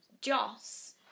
Joss